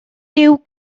dyw